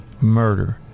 murder